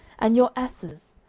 and your asses,